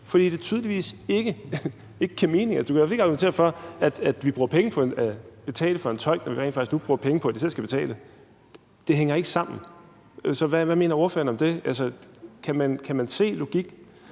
fordi det tydeligvis ikke giver mening. Altså, du kan i hvert fald ikke argumentere for, at vi bruger penge på at betale for en tolk, når vi nu rent faktisk bruger penge på, at de selv skal betale, for det hænger ikke sammen. Så hvad mener ordføreren om det? Kan man se logikken?